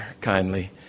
kindly